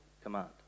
command